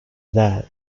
that